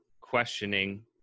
questioning